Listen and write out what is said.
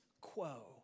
quo